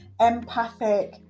empathic